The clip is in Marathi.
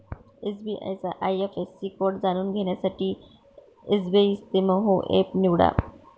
एस.बी.आय चा आय.एफ.एस.सी कोड जाणून घेण्यासाठी एसबइस्तेमहो एप निवडा